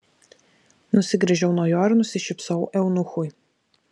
nusigręžiau nuo jo ir nusišypsojau eunuchui